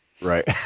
Right